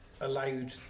allowed